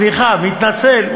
סליחה, מתנצל.